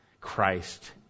Christ